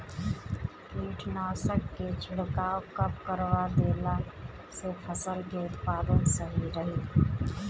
कीटनाशक के छिड़काव कब करवा देला से फसल के उत्पादन सही रही?